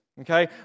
Okay